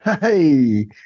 Hey